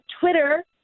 Twitter